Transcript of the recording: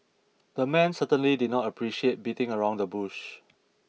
the man certainly did not appreciate beating around the bush